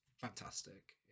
fantastic